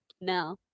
no